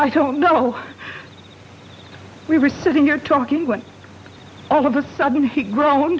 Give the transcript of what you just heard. i don't know we were sitting here talking when all of a sudden